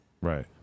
Right